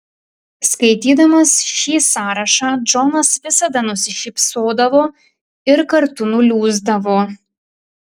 skaitydamas šį sąrašą džonas visada nusišypsodavo ir kartu nuliūsdavo